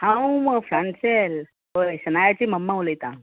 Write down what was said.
हांव म फ्रांसेल वय शनायची मम्मा उलयतां